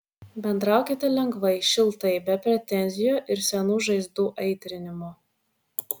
bendraukite lengvai šiltai be pretenzijų ir senų žaizdų aitrinimo